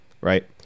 right